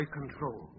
control